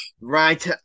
Right